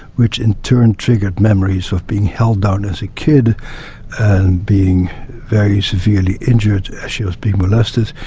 which in turn triggered memories of being held down as a kid and being very severely injured as she was being molested.